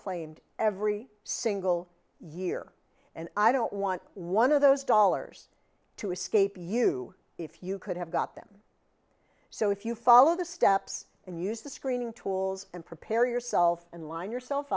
claimed every single year and i don't want one of those dollars to escape you if you could have got them so if you follow the steps and use the screening tools and prepare yourself and line yourself